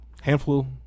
handful